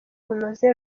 runoze